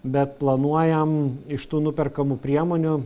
bet planuojam iš tų nuperkamų priemonių